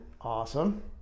Awesome